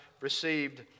received